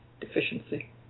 deficiency